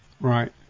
Right